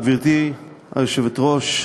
גברתי היושבת-ראש,